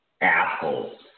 assholes